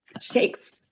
Shakes